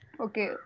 Okay